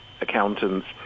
accountants